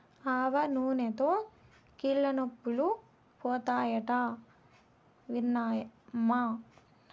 ఆవనూనెతో కీళ్లనొప్పులు పోతాయట పిన్నమ్మా